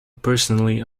personally